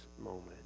moment